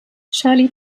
shirley